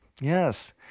Yes